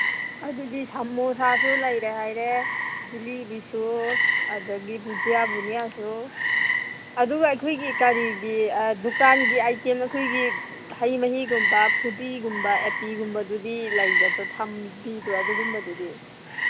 ꯑꯗꯨꯗꯤ ꯁꯃꯣꯁꯥꯁꯨ ꯂꯩꯔꯦ ꯍꯥꯏꯔꯦ ꯖꯤꯂꯤꯕꯤꯁꯨ ꯑꯗꯒꯤ ꯕꯨꯖꯤꯌꯥ ꯕꯨꯅꯤꯌꯥꯁꯨ ꯑꯗꯨꯒ ꯑꯩꯈꯣꯏꯒꯤ ꯀꯔꯤꯒꯤ ꯗꯨꯀꯥꯟꯒꯤ ꯑꯥꯏꯇꯦꯝ ꯑꯩꯈꯣꯏꯒꯤ ꯍꯩ ꯃꯍꯤꯒꯨꯝꯕ ꯐꯨꯔꯇꯤꯒꯨꯝꯕ ꯑꯦ ꯄꯤꯒꯨꯝꯕꯗꯨꯗꯤ ꯂꯩꯒꯗ꯭ꯔꯣ ꯊꯝꯕꯤꯕ꯭ꯔꯣ ꯑꯗꯨꯒꯨꯝꯕꯗꯨꯗꯤ